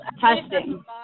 testing